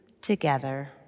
together